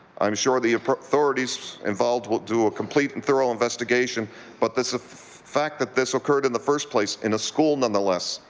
i'm sure the authorities involved will do a complete and thorough investigation but the fact that this occurred in the first place in a school, nonetheless,